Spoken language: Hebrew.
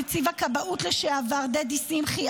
נציב הכבאות לשעבר דדי שמחי,